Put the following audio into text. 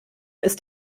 ist